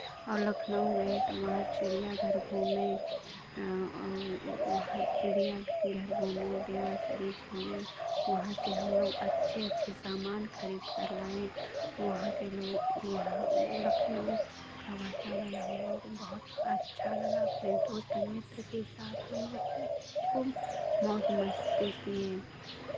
और लखनऊ गए तो वहाँ चिड़ियाघर घूमे वहाँ चिड़ियाघर घूमे देवा शरीफ़ घूमे वहाँ से हम लोग अच्छे अच्छे सामान खरीदकर लाए वहाँ के लोग वहाँ लखनऊ का वातावरण हम लोगों को बहुत अच्छा लगा अपने दोस्त मित्र के साथ हम लोग खूब खूब मौज मस्ती किए